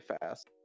fast